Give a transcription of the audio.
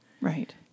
Right